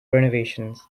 renovations